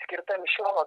skirta mišiolo